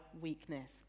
weakness